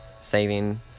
saving